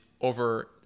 over